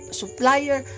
supplier